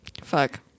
fuck